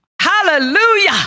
hallelujah